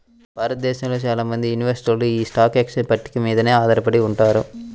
భారతదేశంలో చాలా మంది ఇన్వెస్టర్లు యీ స్టాక్ ఎక్స్చేంజ్ పట్టిక మీదనే ఆధారపడి ఉంటారు